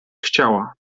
chciała